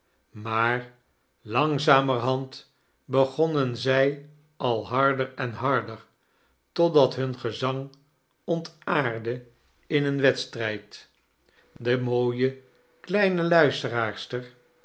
maar langzamerhand begonnen zij al harder en harder totdat hun gezang ontaardde in een wedstrijd de mo ode kleine luisteraarster